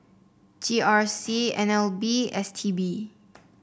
G R C N L B S T B